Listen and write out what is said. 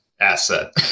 asset